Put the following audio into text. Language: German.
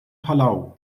palau